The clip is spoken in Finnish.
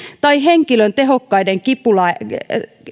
tai henkilön tehokkaiden kipulääkkeiden